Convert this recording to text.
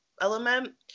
element